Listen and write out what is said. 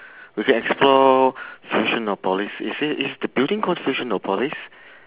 we can explore fusionopolis is it is the building called fusionopolis